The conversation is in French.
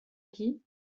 qui